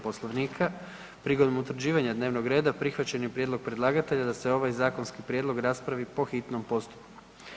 Poslovnika prigodom utvrđivanja dnevnog reda prihvaćen je prijedlog predlagatelja da se ovaj zakonski prijedlog raspravi po hitnom postupku.